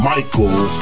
Michael